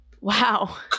Wow